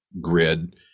grid